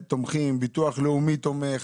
ביטוח לאומי תומכים,